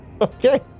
Okay